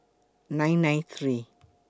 nine nine three